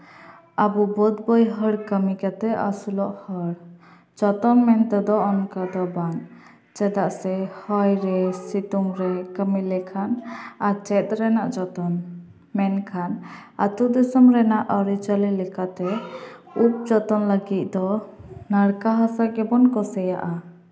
ᱟᱵᱚ ᱵᱟᱹᱫ ᱵᱟᱹᱭᱦᱟᱹᱲ ᱠᱟᱹᱢᱤ ᱠᱟᱛᱮ ᱟᱹᱥᱩᱞᱚᱜ ᱦᱚᱲ ᱡᱚᱛᱚᱢ ᱢᱮᱱᱛᱮᱫᱚ ᱚᱱᱠᱟ ᱫᱚ ᱵᱟᱝ ᱪᱮᱫᱟᱜ ᱥᱮ ᱦᱚᱭ ᱨᱮ ᱥᱤᱛᱩᱝ ᱨᱮ ᱠᱟᱹᱢᱤ ᱞᱮᱠᱷᱟᱱ ᱪᱮᱫ ᱨᱮᱭᱟᱜ ᱡᱚᱛᱚᱱ ᱢᱮᱱᱠᱷᱟᱱ ᱟᱹᱛᱩ ᱫᱤᱥᱚᱢ ᱨᱮᱭᱟᱜ ᱟᱹᱨᱤᱪᱟᱹᱞᱤ ᱞᱮᱠᱟᱛᱮ ᱩᱯ ᱡᱚᱛᱚᱱ ᱞᱟᱹᱜᱤᱫ ᱫᱚ ᱱᱟᱲᱠᱟ ᱦᱟᱥᱟ ᱜᱮᱵᱚᱱ ᱠᱩᱥᱤᱣᱟᱜᱼᱟ